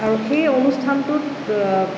আৰু সেই অনুষ্ঠানটোত